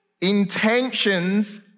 intentions